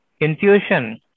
intuition